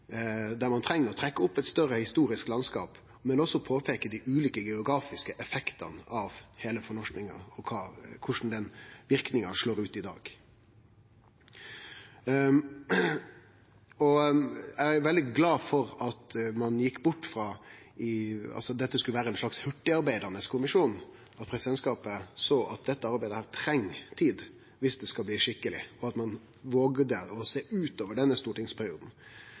der ein treng å trekkje opp eit større historisk landskap, men også peike på dei ulike geografiske effektane av heile fornorskinga totalt og korleis den verknaden slår ut i dag. Eg er veldig glad for at ein gjekk bort frå at dette skulle vere ein slags hurtigarbeidande kommisjon, at presidentskapet såg at dette arbeidet treng tid viss det skal bli skikkeleg, og at ein våga å sjå utover denne stortingsperioden.